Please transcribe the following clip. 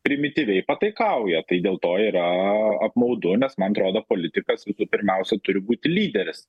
primityviai pataikauja tai dėl to yra apmaudu nes man atrodo politikas visų pirmiausia turi būti lyderis